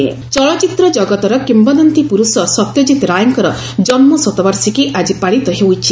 ସତ୍ୟକିତ୍ ରାୟ ଚଳଚ୍ଚିତ୍ର କଗତର କିମ୍ବଦନ୍ତୀ ପ୍ରର୍ଷ ସତ୍ୟଜିତ ରାୟଙ୍କର କନ୍ ଶତବାର୍ଷିକୀ ଆଜି ପାଳିତ ହୋଇଛି